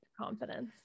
confidence